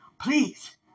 Please